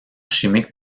chimique